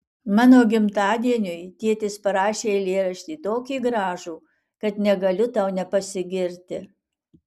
mano gimtadieniui tėtis parašė eilėraštį tokį gražų kad negaliu tau nepasigirti